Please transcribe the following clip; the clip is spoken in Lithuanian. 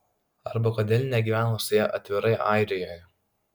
arba kodėl negyvena su ja atvirai airijoje